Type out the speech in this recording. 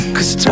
Cause